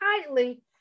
tightly